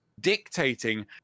Dictating